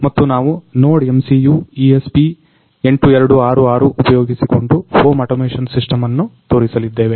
ಇವತ್ತು ನಾವು NodeMCU ESP8266 ಉಪಯೋಗಿಸಿಕೊಂಡು ಹೋಮ್ ಅಟೊಮೆಷಿನ್ ಸಿಸ್ಟಮ್ ಅನ್ನು ತೋರಿಸಲಿದ್ದೇವೆ